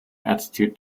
attitude